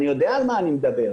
אני יודע על מה אני מדבר.